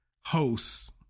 hosts